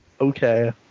Okay